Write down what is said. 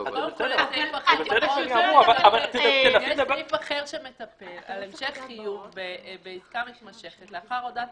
יש סעיף אחר שמטפל בהמשך חיוב בעסקה מתמשכת לאחר הודעת